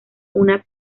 una